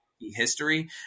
history